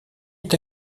est